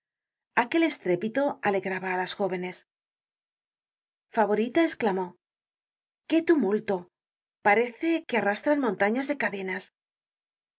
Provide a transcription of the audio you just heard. book search generated at favorita esclamó i qué tumulto parece que arrastran montañas de cadenas